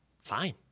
Fine